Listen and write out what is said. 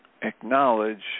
Acknowledge